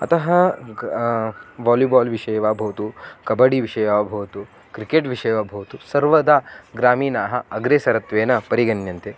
अतः वालिबाल् विषये वा भवतु कबडि विषये वा भवतु क्रिकेट् विषये वा भवतु सर्वदा ग्रामीणाः अग्रेसरत्वेन परिगण्यन्ते